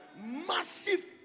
Massive